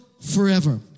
forever